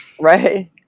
Right